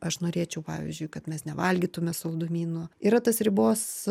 aš norėčiau pavyzdžiui kad mes nevalgytume saldumynų yra tas ribos